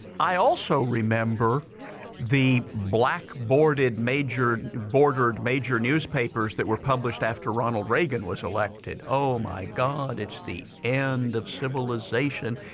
i also remember the black-boarded, major bordered major newspapers that were published after ronald reagan was elected. oh my god. it's the end of civilization.